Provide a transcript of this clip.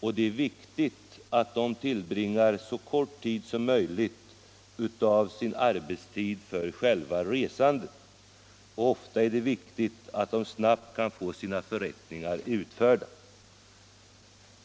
och det är viktigt att de tillbringar så litet av sin tid som möjligt för själva resandet. Ofta är det också viktigt att de kan få sina förrättningar snabbt utförda.